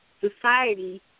society